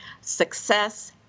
success